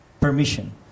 permission